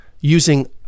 using